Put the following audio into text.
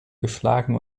geschlagen